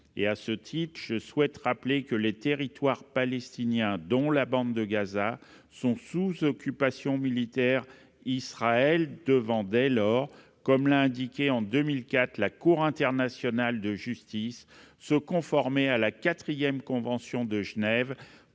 À ce titre, je souhaite rappeler que les territoires palestiniens, dont la bande de Gaza, sont sous occupation militaire. Israël doit dès lors, comme l'a indiqué en 2004 la Cour internationale de justice, se conformer à la quatrième convention de Genève,